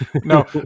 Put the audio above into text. No